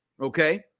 okay